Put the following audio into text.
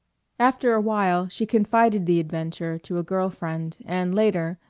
after a while she confided the adventure to a girl friend, and later,